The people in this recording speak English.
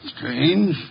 Strange